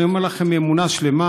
אני אומר לכם באמונה שלמה,